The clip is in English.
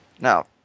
Now